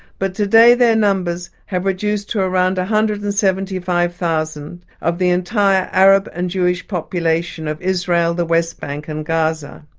but today their numbers have reduced to around one hundred and seventy five thousand of the entire arab and jewish population of israel, the west bank and gaza.